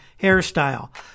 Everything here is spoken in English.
hairstyle